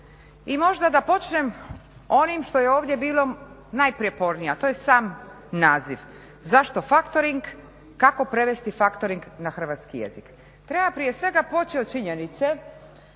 I možda da počnem onim što je ovdje bilo najprjepornije a to je sam naziv, zašto factoring, kako prevesti factoring na hrvatski jezik. Treba prije svega poči od činjenice